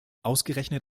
ausgerechnet